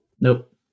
Nope